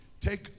Take